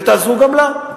ותעזרו גם לה.